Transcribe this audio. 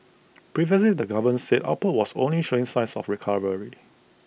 previously the government said output was only showing signs of A recovery